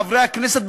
חברי הכנסת,